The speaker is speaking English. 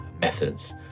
methods